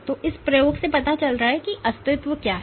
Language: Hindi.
तो इस प्रयोग से पता चलता है कि अस्तित्व क्या है